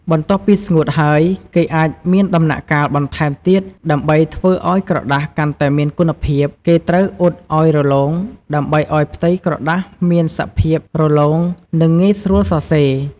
បន្ទាប់ពីស្ងួតហើយ អាចមានដំណាក់កាលបន្ថែមទៀតដើម្បីធ្វើឱ្យក្រដាសកាន់តែមានគុណភាព គេត្រូវអ៊ុតឲ្យរលោងដើម្បីឱ្យផ្ទៃក្រដាសមានសភាព រលោង និងងាយស្រួលសរសេរ។